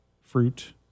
fruit